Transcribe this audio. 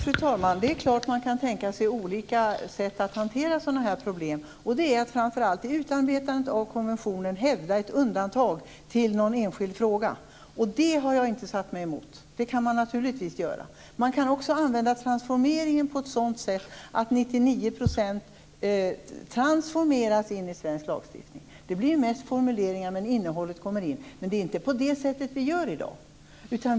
Fru talman! Det är klart att man kan tänka sig olika sätt att hantera sådana här problem. Framför allt kan man i utarbetandet av en konvention hävda ett undantag till någon enskild fråga. Det har jag inte satt mig emot. Det kan man naturligtvis göra. Man kan också använda transformering på ett sådant sätt att 99 % transformeras in i svensk lagstiftning. Det blir mest formuleringar, men innehållet kommer in. Men det är inte på det sättet vi gör i dag.